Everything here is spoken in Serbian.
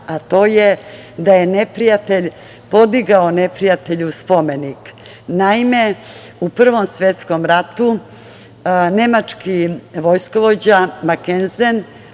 a to je da je neprijatelj podigao neprijatelju spomenik. Naime, u Prvom svetskom ratu nemački vojskovođa Makenzen